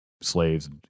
slaves